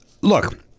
Look